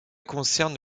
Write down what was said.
concerne